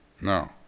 No